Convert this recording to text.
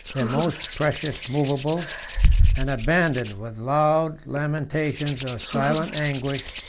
their most precious movables and abandoned, with loud lamentations, or silent anguish,